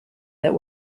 that